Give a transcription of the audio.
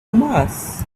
mars